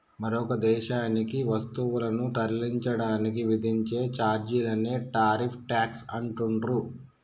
మరొక దేశానికి వస్తువులను తరలించడానికి విధించే ఛార్జీలనే టారిఫ్ ట్యేక్స్ అంటుండ్రు